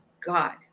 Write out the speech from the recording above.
God